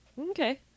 Okay